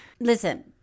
listen